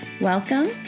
Welcome